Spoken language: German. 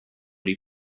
die